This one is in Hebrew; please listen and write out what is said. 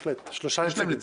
בהחלט, שלושה נציגים.